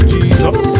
Jesus